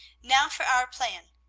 now for our plan.